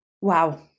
Wow